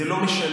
זה לא משנה.